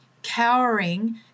cowering